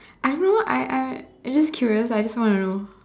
I don't know I I I just curious I just want to know